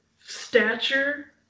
stature